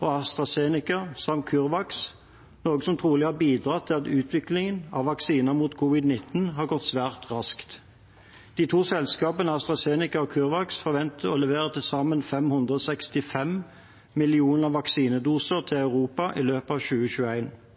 og AstraZeneca samt CureVac, noe som trolig har bidratt til at utviklingen av vaksiner mot covid-19 har gått svært raskt. De to selskapene AstraZeneca og CureVac forventes å levere til sammen 565 millioner vaksinedoser til Europa i løpet av